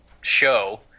show